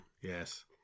Yes